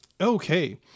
Okay